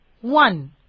one